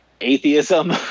atheism